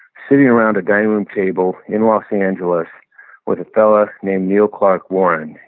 sitting around a dining room table in los angeles with a fellow named neil clark warren.